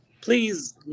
Please